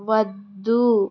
వద్దు